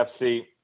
FC